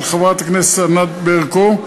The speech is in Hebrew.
של חברת הכנסת ענת ברקו,